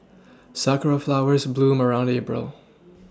sakura flowers bloom around April